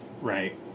Right